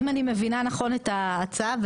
אם אני מבינה נכון את ההצעה,